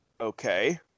okay